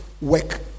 work